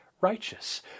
righteous